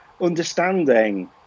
understanding